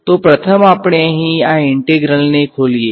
તો પ્રથમ આપણે અહીં આ ઈંટેગ્રલ ને ખોલીએ